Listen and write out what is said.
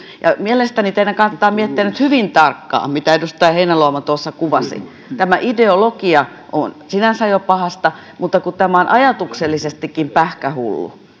mielestäni teidän kannattaa miettiä nyt hyvin tarkkaan mitä edustaja heinäluoma tuossa kuvasi tämä ideologia on sinänsä jo pahasta mutta tämä on ajatuksellisestikin pähkähullu